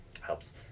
helps